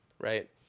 right